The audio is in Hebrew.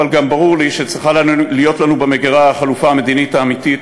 אבל גם ברור לי שצריכה להיות לנו במגירה החלופה המדינית האמיתית,